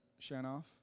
Shanoff